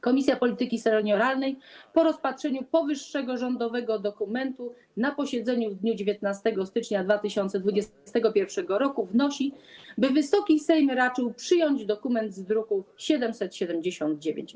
Komisja Polityki Senioralnej, po rozpatrzeniu powyższego rządowego dokumentu na posiedzeniu w dniu 19 stycznia 2021 r., wnosi, by Wysoki Sejm raczył przyjąć dokument z druku nr 779.